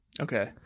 Okay